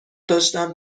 داشتم